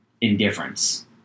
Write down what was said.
indifference